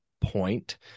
point